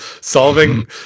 solving